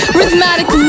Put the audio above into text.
Rhythmatic